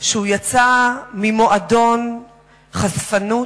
שהוא יצא ממועדון חשפנות,